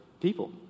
people